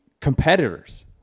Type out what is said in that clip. competitors